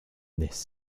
this